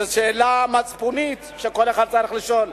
זו שאלה מצפונית שכל אחד צריך לשאול.